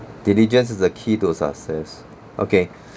diligence is a key to success okay